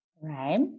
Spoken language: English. Right